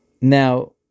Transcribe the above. Now